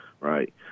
Right